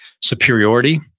superiority